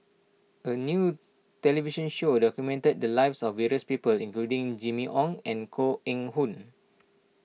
a new television show documented the lives of various people including Jimmy Ong and Koh Eng Hoon